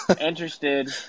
Interested